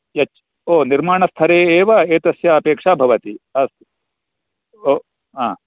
यच् ओ निर्माणस्तरे एव एतस्य अपेक्षा भवति अस्तु ओ आ